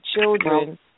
children